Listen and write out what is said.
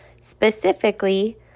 specifically